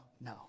no